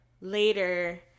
later